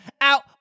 out